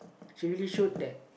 she really showed that